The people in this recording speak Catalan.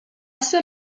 ser